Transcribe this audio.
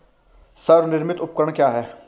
स्वनिर्मित उपकरण क्या है?